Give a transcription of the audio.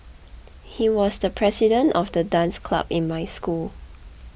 he was the president of the dance club in my school